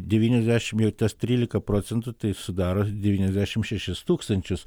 devyniasdešim jau tas trylika procentų tai sudaro devyniasdešim šešis tūkstančius